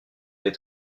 vais